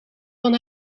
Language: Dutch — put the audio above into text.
van